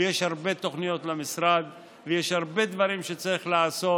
ויש הרבה תוכניות למשרד ויש הרבה דברים שצריך לעשות,